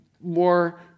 more